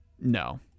No